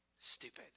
stupid